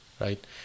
right